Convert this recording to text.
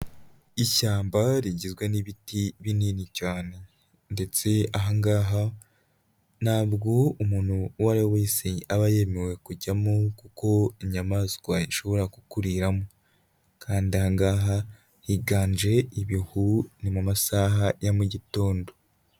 Ishyamba rigizwe n'ibiti binini cyane ndetse aha ngaha ntabwo umuntu uwo ari wese aba yemerewe kujyamo kuko inyamaswa ishobora kukuriramo kandi aha ngaha higanje ibihu ni mu masaha ya mu gitondo.